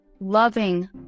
loving